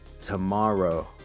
tomorrow